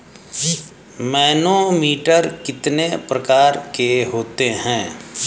Manometer कितने प्रकार के होते हैं?